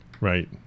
Right